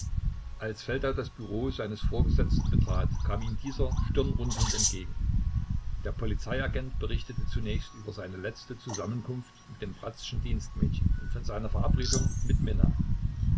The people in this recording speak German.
als feldau das büro seines vorgesetzten betrat kam ihm dieser stirnrunzelnd entgegen der polizeiagent berichtete zunächst über seine letzte zusammenkunft mit dem bratzschen dienstmädchen und von seiner verabredung mit minna